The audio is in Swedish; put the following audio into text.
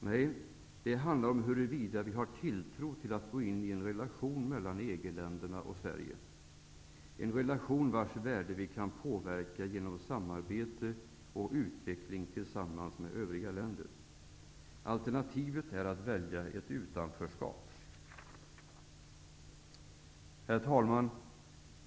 Nej, det handlar om huruvida vi har tilltro till att gå in i en relation mellan EG-länderna och Sverige -- en relation vars värde vi kan påverka genom samarbete och utveckling tillsammans med övriga länder. Alternativet är att välja ett utanförskap. Herr talman!